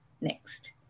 Next